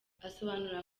asobanura